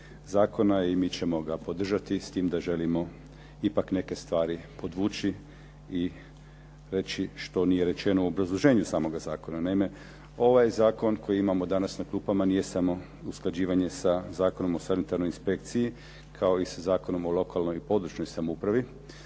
zakona i mi ćemo ga podržati s time da želimo ipak neke stvari podvući i reći što nije rečeno u obrazloženju samoga zakona. Naime, ovaj zakon koji imamo danas na klupama nije samo usklađivanje sa Zakonom o sanitarnoj inspekciji kako i sa Zakonom o lokalnoj i područnoj samoupravi.